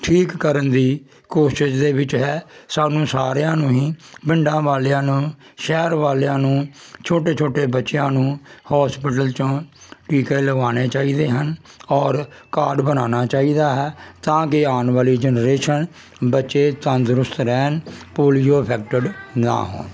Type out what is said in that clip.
ਠੀਕ ਕਰਨ ਦੀ ਕੋਸ਼ਿਸ਼ ਦੇ ਵਿੱਚ ਹੈ ਸਾਨੂੰ ਸਾਰਿਆਂ ਨੂੰ ਹੀ ਪਿੰਡਾਂ ਵਾਲਿਆਂ ਨੂੰ ਸ਼ਹਿਰ ਵਾਲਿਆਂ ਨੂੰ ਛੋਟੇ ਛੋਟੇ ਬੱਚਿਆਂ ਨੂੰ ਹੋਸਪਿਟਲ 'ਚੋਂ ਟੀਕੇ ਲਗਵਾਉਣੇ ਚਾਹੀਦੇ ਹਨ ਔਰ ਕਾਰਡ ਬਣਾਉਣਾ ਚਾਹੀਦਾ ਹੈ ਤਾਂ ਕਿ ਆਉਣ ਵਾਲੀ ਜਨਰੇਸ਼ਨ ਬੱਚੇ ਤੰਦਰੁਸਤ ਰਹਿਣ ਪੋਲਿਓ ਅਫੈਕਟਡ ਨਾ ਹੋਣ